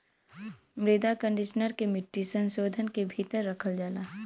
मृदा कंडीशनर के मिट्टी संशोधन के भीतर रखल जाला